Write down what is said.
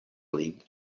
league